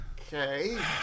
Okay